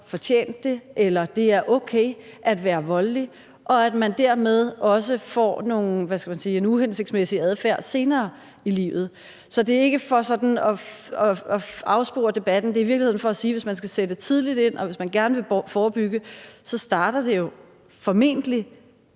fortjent det, eller at det er okay at være voldelig, så man dermed også får en uhensigtsmæssig adfærd senere i livet. Så det er ikke for at afspore debatten, men i virkeligheden er det for at sige, at hvis man skal sætte tidligt ind, og hvis man gerne vil forebygge, starter det jo formentlig